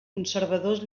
conservadors